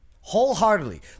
wholeheartedly